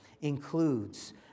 includes